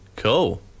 cool